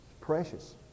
precious